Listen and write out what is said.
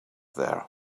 there